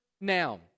noun